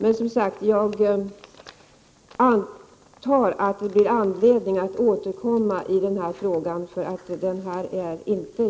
Jag antar att det kommer att finnas anledning att återkomma till frågan. Förslaget är nämligen inte genomtänkt på denna punkt — det fortsätter jag att hävda.